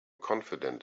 confident